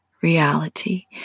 reality